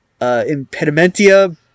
impedimentia